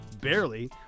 barely